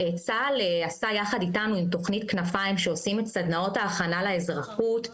צה"ל עשה יחד איתנו עם תוכניות כנפיים שעושים את סדנאות ההכנה לאזרחות,